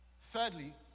Thirdly